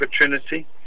Trinity